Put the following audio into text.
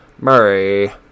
Murray